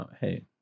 hey